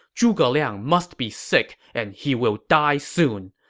zhuge liang must be sick and he will die soon.